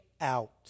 out